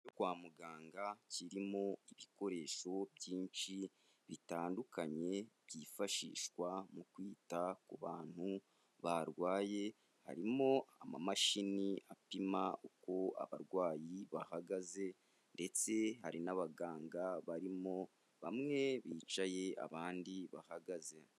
Icyumba cyo kwa muganga kirimo ibikoresho byinshi bitandukanye byifashishwa mu kwita ku bantu barwaye, harimo amamashini apima uko abarwayi bahagaze ndetse hari n'abaganga barimo, bamwe bicaye abandi bahagaze.